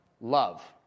love